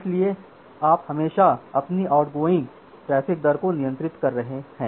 इसलिए आप हमेशा अपनी आउटगोइंग ट्रैफ़िक दर को नियंत्रित कर रहे हैं